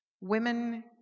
women